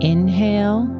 Inhale